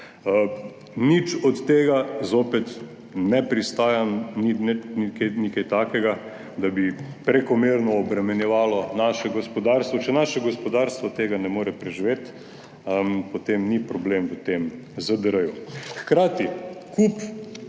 Nič od tega, spet ne pristajam, ni kaj takega, da bi prekomerno obremenjevalo naše gospodarstvo, če naše gospodarstvo tega ne more preživeti, potem ni problem v tem ZDR. Hkrati tudi